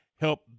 help